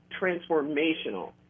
transformational